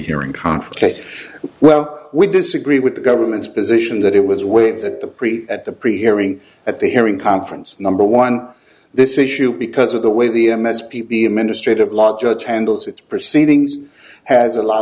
hearing confrontation well we disagree with the government's position that it was a way that the pre at the pre hearing at the hearing conference number one this issue because of the way the m s p p administrative law judge handles its proceedings has a lot